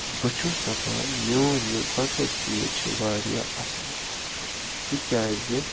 بہٕ چھُس دپان میون یہِ گۄڈٕنیُک چیٖز چھِ واریاہ اصٕل تِکیٛازِ